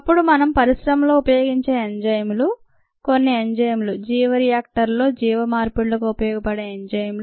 అప్పుడు మనము పరిశ్రమలో ఉపయోగించే ఎంజైములు కొన్ని ఎంజైములు జీవ రియాక్టర్లో జీవ మార్పిడులకు ఉపయోగపడే ఎంజైమ్లు